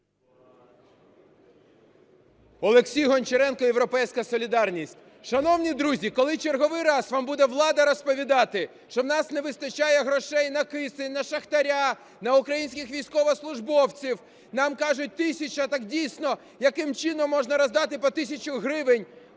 Олексій Гончаренко, "Європейська солідарність". Шановні друзі, коли в черговий раз вам буде влада розповідати, що у нас не вистачає грошей на кисень, на шахтаря, на українських військовослужбовців… Нам кажуть, тисяча… Так дійсно, яким чином можна роздати по тисячі гривень?